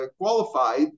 qualified